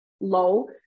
low